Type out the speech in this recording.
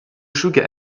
sugar